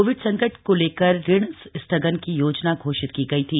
Covid संकट को लेकर ऋण स्थगन की योजना घोषित की गई थी